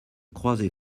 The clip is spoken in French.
croiser